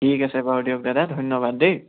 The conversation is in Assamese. ঠিক আছে বাৰু দিয়ক দাদা ধন্যবাদ দেই